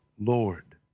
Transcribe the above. Lord